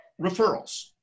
referrals